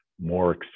more